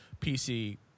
PC